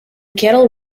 kettle